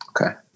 okay